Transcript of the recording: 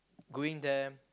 going there